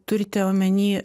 turite omeny